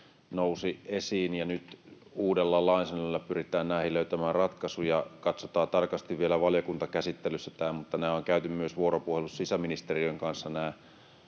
nousi esiin, ja nyt uudella lainsäädännöllä pyritään näihin löytämään ratkaisuja. Katsotaan tämä tarkasti vielä valiokuntakäsittelyssä, mutta tämä sotilaiden käsiaseiden